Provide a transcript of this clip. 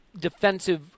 defensive